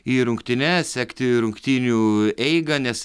į rungtynes sekti rungtynių eigą nes